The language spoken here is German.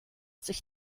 sich